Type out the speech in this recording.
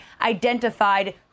identified